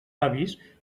avis